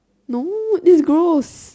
no this is gross